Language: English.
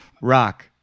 rock